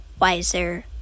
wiser